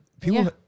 People